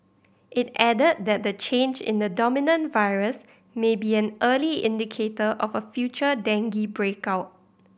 it added that the change in the dominant virus may be an early indicator of a future dengue break out